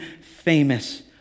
famous